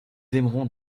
aimerons